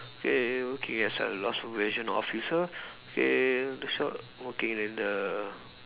I I working as a loss prevention officer I I working at the